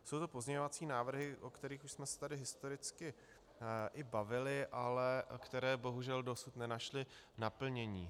Jsou to pozměňovací návrhy, o kterých jsme se tady historicky i bavili, ale které bohužel dosud nenašly naplnění.